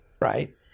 right